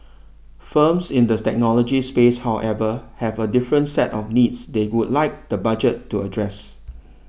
firms in the technology space however have a different set of needs they would like the budget to address